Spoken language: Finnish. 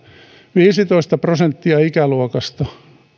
viisitoista prosenttia ikäluokasta